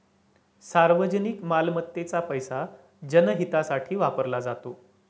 सार्वजनिक मालमत्तेचा पैसा जनहितासाठी वापरला जातो